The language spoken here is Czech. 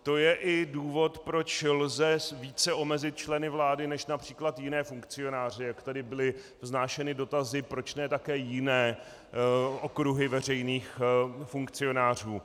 To je i důvod, proč lze více omezit členy vlády než např. jiné funkcionáře, jak tady byly vznášeny dotazy, proč ne také jiné okruhy veřejných funkcionářů.